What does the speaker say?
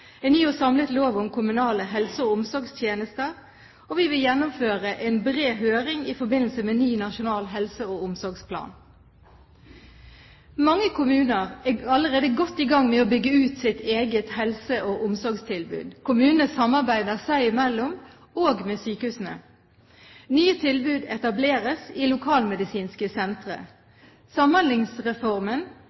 en ny og samlet lov om kommunale helse- og omsorgstjenester, og vi vil gjennomføre en bred høring i forbindelse med ny nasjonal helse- og omsorgsplan. Mange kommuner er allerede godt i gang med å bygge ut sitt eget helse- og omsorgstilbud, kommunene samarbeider seg imellom og med sykehusene. Nye tilbud etableres i lokalmedisinske sentre. Samhandlingsreformen